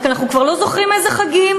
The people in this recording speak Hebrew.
רק אנחנו כבר לא זוכרים איזה חגים.